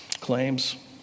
claims